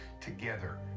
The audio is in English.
together